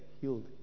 healed